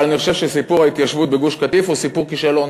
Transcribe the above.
אבל אני חושב שסיפור ההתיישבות בגוש-קטיף הוא סיפור כישלון,